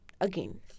again